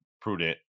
prudent